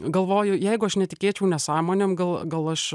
galvoju jeigu aš netikėčiau nesąmonėm gal gal aš